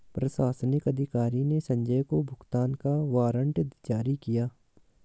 प्रशासनिक अधिकारी ने संजय को भुगतान का वारंट जारी किया